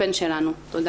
תודה.